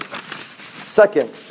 Second